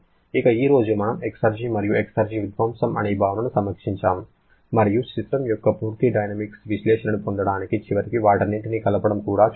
ఇక ఈ రోజు మనము ఎక్సెర్జి మరియు ఎక్సెర్జి విధ్వంసం అనే భావనను సమీక్షించాము మరియు సిస్టమ్ యొక్క పూర్తి థర్మోడైనమిక్ విశ్లేషణను పొందడానికి చివరకు వాటన్నింటిని కలపడం కూడా చూసాము